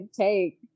take